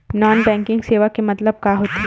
Non banking सेवा के मतलब का होथे?